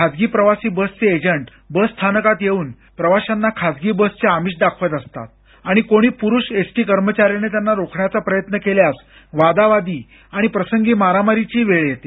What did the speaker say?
खासगी प्रवासी बसचे एजंट बस स्थानकात येऊन प्रवाशांना खासगी बसचे आमिष दाखवत असतात आणि कोणी पुरुष एस टी कर्मचाऱ्याने त्यांना रोखण्याचा प्रयत्न केल्यास वादावादी आणि प्रसंगी मारामारीचीही वेळ येते